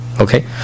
Okay